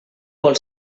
vol